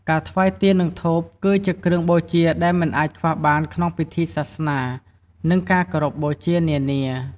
ការថ្វាយទៀន និងធូបគឺជាគ្រឿងបូជាដែលមិនអាចខ្វះបានក្នុងពិធីសាសនា និងការគោរពបូជានានា។